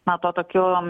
na tuo tokiu